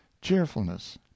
cheerfulness